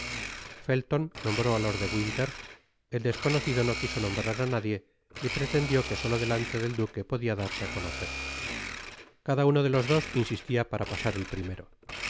felton nombró á lord de winter el desconocido no quiso nombrar á nadie y pretendió que solo delante del duque podia darse á conocer cada uno de los dos insistia para pasar el primero patrick que